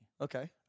Okay